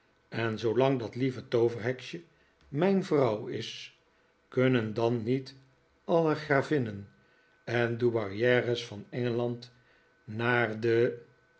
en zoolang dat lieve tooverheksje mijn vrouw is kunnen dan niet alle gravinnen en douairieres van engeland naar den